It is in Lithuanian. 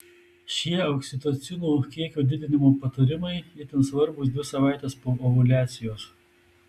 šie oksitocino kiekio didinimo patarimai itin svarbūs dvi savaites po ovuliacijos